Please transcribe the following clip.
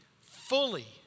fully